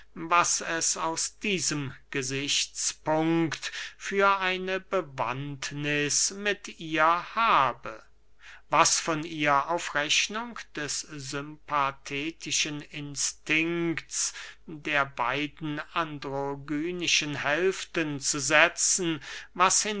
was es aus diesem gesichtspunkt für eine bewandtniß mit ihr habe was von ihr auf rechnung des sympathetischen instinkts der beiden androgynischen hälften zu setzen was